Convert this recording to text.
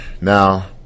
Now